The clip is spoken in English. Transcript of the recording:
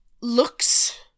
looks